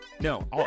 no